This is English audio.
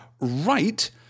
right